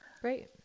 Great